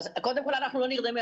קודם כול, אנחנו לא נרדמים.